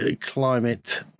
climate